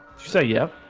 say yep.